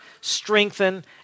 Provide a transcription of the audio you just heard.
strengthen